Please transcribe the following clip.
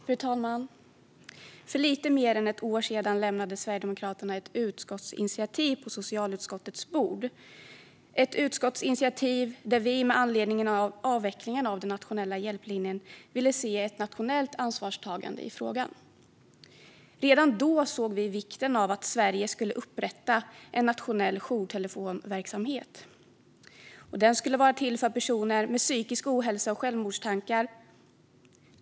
Fru talman! För lite mer än ett år sedan lämnade Sverigedemokraterna ett utskottsinitiativ på socialutskottets bord - ett utskottsinitiativ där vi med anledning av avvecklingen av den nationella hjälplinjen ville se ett nationellt ansvarstagande i frågan. Redan då såg vi vikten av att Sverige skulle upprätta en nationell jourtelefonverksamhet. Den skulle vara till för personer med psykisk ohälsa och självmordstankar.